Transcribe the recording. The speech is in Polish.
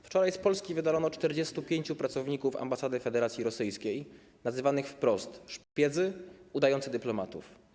Wczoraj z Polski wydalono 45 pracowników ambasady Federacji Rosyjskiej nazywanych wprost szpiegami udającymi dyplomatów.